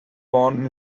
born